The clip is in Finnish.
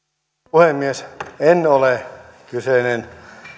puhemies en ole kyseinen